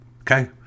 Okay